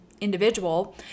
individual